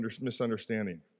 misunderstanding